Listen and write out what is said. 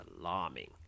alarming